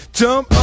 jump